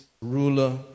ruler